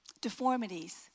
deformities